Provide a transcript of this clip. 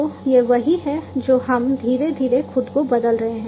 तो यह वही है जो हम धीरे धीरे खुद को बदल रहे हैं